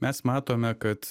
mes matome kad